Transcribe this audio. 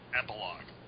epilogue